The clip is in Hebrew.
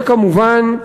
וכמובן,